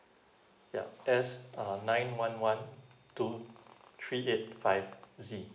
yup S uh nine one one two three eight five Z